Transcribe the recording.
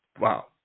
Wow